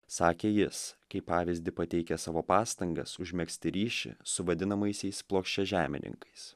sakė jis kaip pavyzdį pateikia savo pastangas užmegzti ryšį su vadinamaisiais plokščiažemininkais